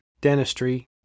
dentistry